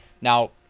Now